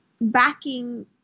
backing